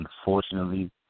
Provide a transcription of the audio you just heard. unfortunately